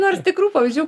nors tikrų pavyzdžių